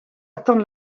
attendre